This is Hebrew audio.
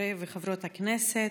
חברי וחברות הכנסת,